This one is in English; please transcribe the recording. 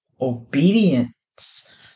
obedience